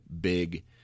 big